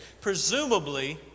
Presumably